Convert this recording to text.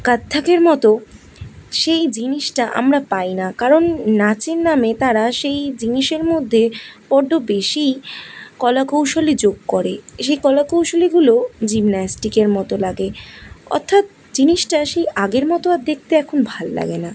কত্থকের মতো সেই জিনিসটা আমরা পাই না কারণ নাচের নামে তারা সেই জিনিসের মধ্যে বড্ড বেশি কলা কৌশলী যোগ করে এ সেই কলা কৌশলীগুলো জিমন্যাস্টিকের মতো লাগে অর্থাৎ জিনিসটা সেই আগের মতো আর দেখতে এখন ভাল্লাগে না